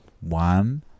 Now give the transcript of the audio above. one